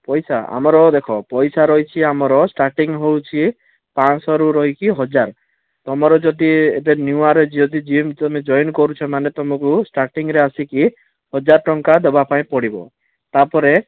ପଇସା ଆମର ଦେଖ ପଇସା ରହିଛି ଆମର ଷ୍ଟାର୍ଟିଂ ହେଉଛି ପାଞ୍ଚ ଶହରୁ ରହିକି ହଜାର ତୁମର ଯଦି ଏବେ ନୂଆରେ ଯଦି ଜିମ୍ ତୁମେ ଜଏନ୍ କରୁଛ ମାନେ ତୁମକୁ ଷ୍ଟାର୍ଟିଂରେ ଆସିକି ହଜାର ଟଙ୍କା ଦେବା ପାଇଁ ପଡ଼ିବ ତା'ପରେ